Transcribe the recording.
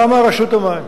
קמה רשות המים.